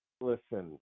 listen